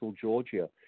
Georgia